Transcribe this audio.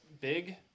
big